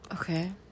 Okay